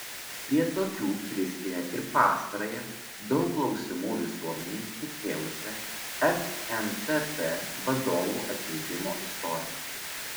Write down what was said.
prie tokių priskiria ir pastarąją daug klausimų visuomenei sukėlusią fntt vadovų atleidimo istoriją